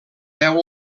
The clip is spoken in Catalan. deu